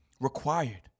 required